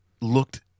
looked